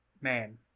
Man